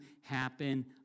happen